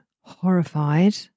horrified